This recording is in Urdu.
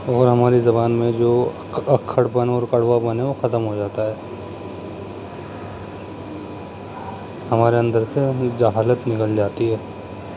اور ہماری زبان میں جو اکھڑ پن اور کڑوا پن ہے وہ ختم ہو جاتا ہے ہمارے اندر سے جہالت نکل جاتی ہے